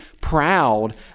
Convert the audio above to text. proud